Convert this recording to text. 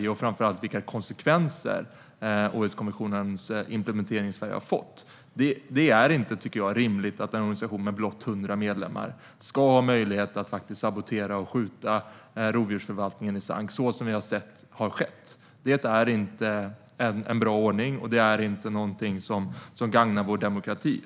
Det gäller framför allt vilka konsekvenser Århuskonventionens implementering i Sverige har fått. Jag tycker inte att det är rimligt att en organisation med blott 100 medlemmar ska ha möjlighet att faktiskt sabotera och skjuta rovdjursförvaltningen i sank, så som vi har sett ske. Det är inte en bra ordning, och det är inte någonting som gagnar vår demokrati.